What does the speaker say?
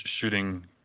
shooting